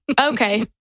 Okay